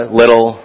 little